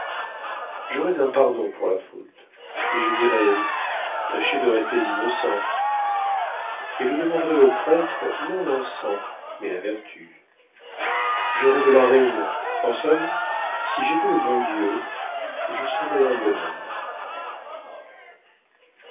j'aurais un pardon pour la faute mais je dirais tâchez de rester innocents et je demanderais aux prêtres non l'encens mais la vertu j'aurais de la raison en somme si j'étais le bon dieu je serais un